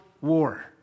war